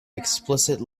explicit